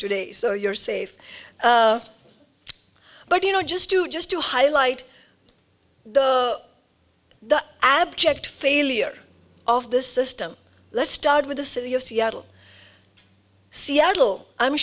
today so you're safe but you know just to just to highlight the abject failure of this system let's start with the city of seattle seattle i'm